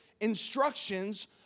instructions